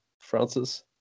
Francis